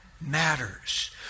matters